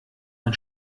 ein